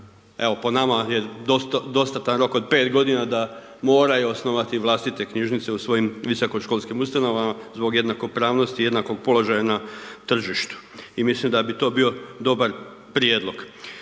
po nama je dostatan rok od 5 godina da moraju osnovati vlastite knjižnice u svojim visokoškolskim ustanovama zbog jednakopravnosti i jednakog položaja na tržištu i mislim da bi to bio dobar prijedlog.